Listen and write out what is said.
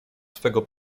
swego